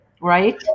right